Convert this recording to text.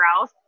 else